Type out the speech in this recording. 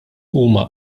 huma